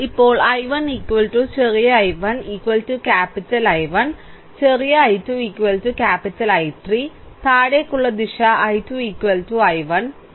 ഇപ്പോൾ I1 ചെറിയ I1 മൂലധനം I1 ചെറിയ I2 ക്യാപ്പിറ്റൽ I3 താഴേക്കുള്ള ദിശ I2 I1 കാരണം I1 താഴേക്ക് നീങ്ങുന്നു